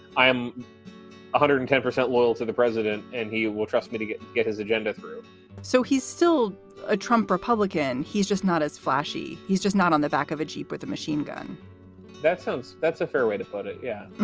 i am one hundred and ten percent loyal to the president and he will trust me to get and to get his agenda through so he's still a trump republican. he's just not as flashy. he's just not on the back of a jeep with a machine gun that sounds that's a fair way to put it. yeah